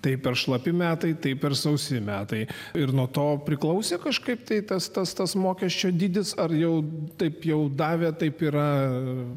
tai per šlapi metai tai per sausi metai ir nuo to priklausė kažkaip tai tas tas tas mokesčio dydis ar jau taip jau davė taip yra